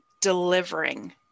delivering